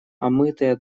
омытая